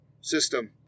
system